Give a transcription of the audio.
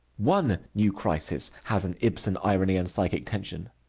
one new crisis has an ibsen irony and psychic tension.